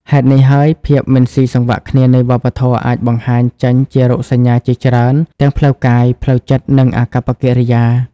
ហេតុនេះហើយ ភាពមិនស៊ីសង្វាក់គ្នានៃវប្បធម៌អាចបង្ហាញចេញជារោគសញ្ញាជាច្រើន ទាំងផ្លូវកាយ ផ្លូវចិត្ត និងអាកប្បកិរិយា។